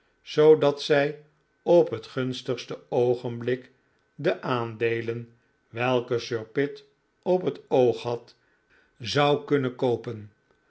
zoodat zij op het gunstigste oogenblik de aandeelen welke sir pitt op het oog had zou kunnen koopen